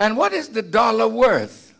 and what is the dollar worth